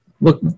look